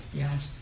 yes